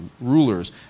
rulers